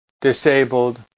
disabled